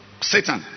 Satan